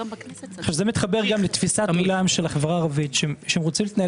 זה מתחבר לתפיסת עולם של החברה הערבית שהם רוצים להתנהל